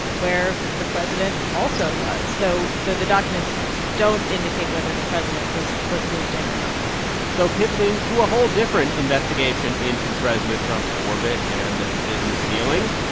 where the president also was, though the the documents don't indicate whether the president was was looped in or not so pivoting to a whole different investigation into president trump's orbit and and business dealings,